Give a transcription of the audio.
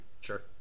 sure